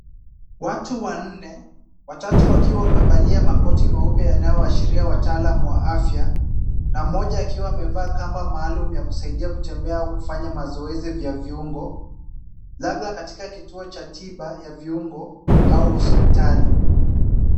Watu wanne, watatu wakiwa wamevalia makoti meupe yanayoashiria wataalamu wa afya, na mmoja akiwa amevaa kamba maalum ya kusaidia kutembea au kufanya mazoezi vya viungo, labda katika kituo cha tiba ya viungo au hospitali.